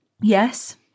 yes